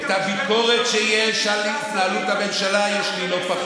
איך עוברים את המשבר עם 36 שרים ו-12 סגני שרים?